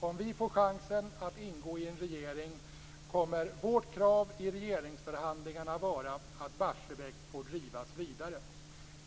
Om vi får chansen att ingå i en regering kommer vårt krav i regeringsförhandlingarna att vara att Barsebäck får drivas vidare.